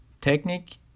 technique